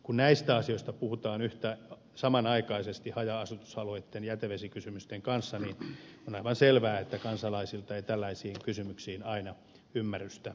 kun näistä asioista puhutaan samanaikaisesti haja asutusalueitten jätevesikysymysten kanssa niin on aivan selvää että kansalaisilta ei tällaisiin kysymyksiin aina ymmärrystä löydy